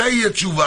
מתי תהיה תשובה?